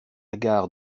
gare